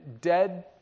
dead